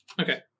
okay